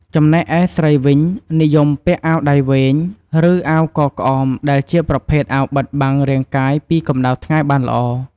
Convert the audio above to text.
ចំណែកឯស្រីវិញនិយមពាក់អាវដៃវែង ឬអាវកក្អមដែលជាប្រភេទអាវបិទបាំងរាងកាយពីកម្ដៅថ្ងៃបានល្អ។